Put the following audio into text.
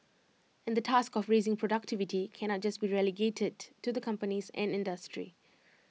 and the task of raising productivity cannot just be relegated to the companies and industry